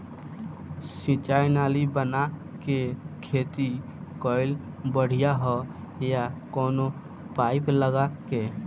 सिंचाई नाली बना के खेती कईल बढ़िया ह या कवनो पाइप लगा के?